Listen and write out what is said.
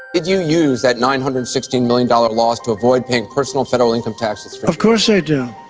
use that nine hundred and sixteen million dollars loss to avoid paying personal federal income taxes? of course i do,